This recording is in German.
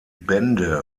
bände